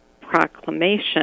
proclamation